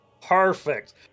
Perfect